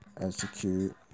Execute